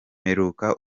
mperuka